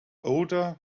older